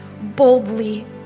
boldly